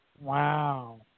Wow